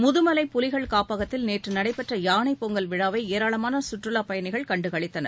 முதுமலை புலிகள் காப்பகத்தில் நேற்று நடைபெற்ற யானை பொங்கல் விழாவை ஏராளமான சுற்றுவா பயணிகள் கண்டுகளித்தனர்